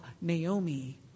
Naomi